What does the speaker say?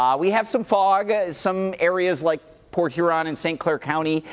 um we have some fog, some areas like port huron and st. clair county,